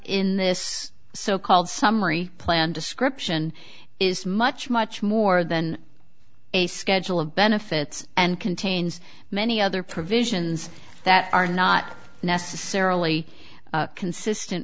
in this so called summary plan description is much much more than a schedule of benefits and contains many other provisions that are not necessarily consistent